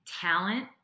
talent